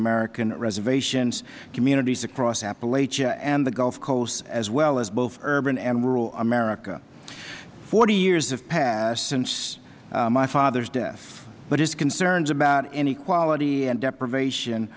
american reservations communities across appalachia and the gulf coast as well as both urban and rural america forty years have passed since my father's death but his concerns about inequality and deprivation